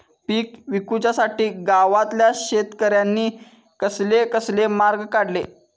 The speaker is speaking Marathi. पीक विकुच्यासाठी गावातल्या शेतकऱ्यांनी कसले कसले मार्ग काढले?